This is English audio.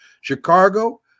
Chicago